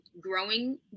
growing